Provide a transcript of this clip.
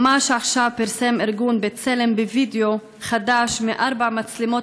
ממש עכשיו פרסם ארגון בצלם וידיאו חדש מארבע מצלמות